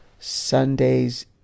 Sundays